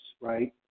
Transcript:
right